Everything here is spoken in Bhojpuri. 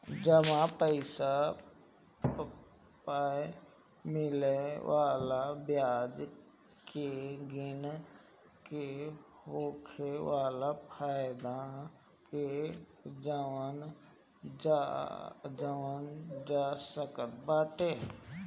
जमा पईसा पअ मिले वाला बियाज के गिन के होखे वाला फायदा के जानल जा सकत बाटे